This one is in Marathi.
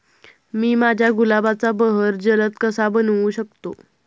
मी माझ्या गुलाबाचा बहर जलद कसा बनवू शकतो?